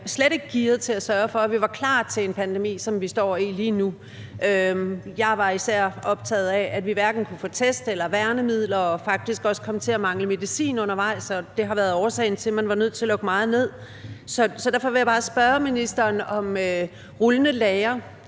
slet ikke gearet til at sørge for, at vi var klar til en pandemi, som vi står i lige nu. Jeg var især optaget af, at vi hverken kunne få test eller værnemidler og faktisk også kom til at mangle medicin undervejs, og det har været årsagen til, at man var nødt til at lukke meget ned. Så derfor vil jeg bare spørge ministeren, om rullende lagre